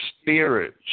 spirit